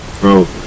Bro